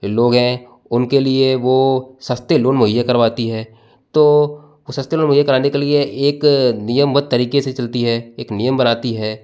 लोग हैं उनके लिए वो सस्ते लोन मुहैया करवाती है तो सस्ते लोन मुहैया कराने के लिए एक नियमबद्ध तरीके से चलती है एक नियम बनाती है